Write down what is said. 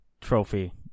trophy